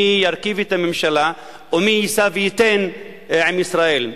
מי ירכיב את הממשלה ומי יישא וייתן עם ישראל.